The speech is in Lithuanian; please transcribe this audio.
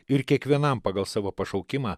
ir kiekvienam pagal savo pašaukimą